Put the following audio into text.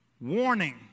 Warning